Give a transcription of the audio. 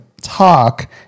talk